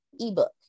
ebook